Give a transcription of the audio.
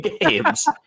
games